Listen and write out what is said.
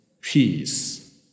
peace